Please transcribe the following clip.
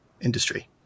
industry